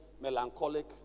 melancholic